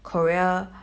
Korea